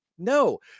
No